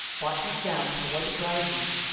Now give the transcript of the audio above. bart went down toward the drive room,